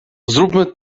zróbmy